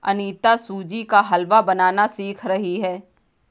अनीता सूजी का हलवा बनाना सीख रही है